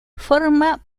forma